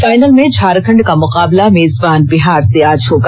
final में झारखंड का मुकाबला मेजबान बिहार से आज होगा